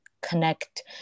connect